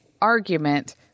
argument